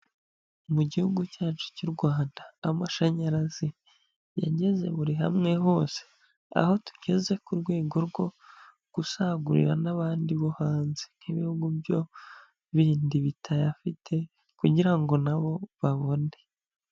Mu gihugu cyacu cy'u Rwanda amashanyarazi yageze buri hamwe hose, aho tugeze ku rwego rwo gusagurira n'abandi bo hanze nk'ibihugu byo bindi bitayafite kugira ngo nabo babone.